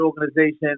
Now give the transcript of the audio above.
organization